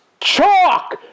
chalk